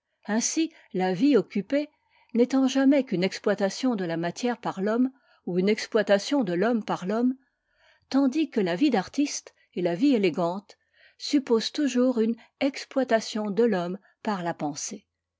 ainsi la vie occupée n'étant jamais qu'une exploitation de la matière par l'homme ou une exploitation de l'homme par l'homme tandis que la vie d'artiste et la vie élégante supposent toujours une exploitation de l'homme par la pensée